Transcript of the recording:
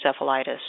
encephalitis